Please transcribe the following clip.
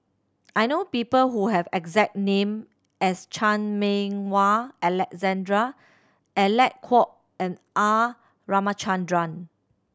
I know people who have the exact name as Chan Meng Wah Alexander Alec Kuok and R Ramachandran